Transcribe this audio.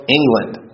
England